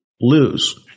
lose